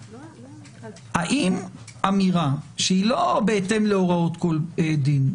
האם אמירה שהיא לא בהתאם להוראות כל דין,